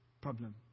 problem